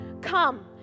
come